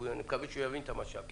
אני מקווה שהוא יבין את המשל: